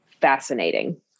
fascinating